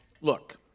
Look